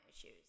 issues